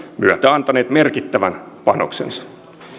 myötä antaneet merkittävän panoksensa